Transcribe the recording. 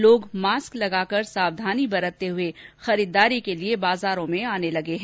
लोग मास्क लगाकर सावधानी बरतते हुए खरीददारी के लिए बाज़ारों में आने लगे हैं